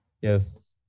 Yes